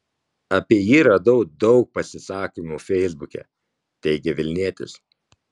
apie jį radau daug pasisakymų feisbuke teigė vilnietis